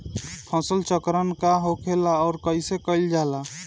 फसल चक्रण का होखेला और कईसे कईल जाला?